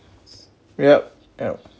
yup yup